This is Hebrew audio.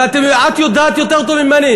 ואת יודעת יותר טוב ממני,